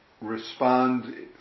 respond